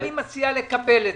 אני מציע לקבל את